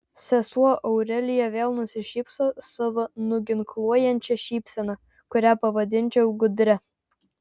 sesuo aurelija vėl nusišypso savo nuginkluojančia šypsena kurią pavadinčiau gudria